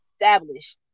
established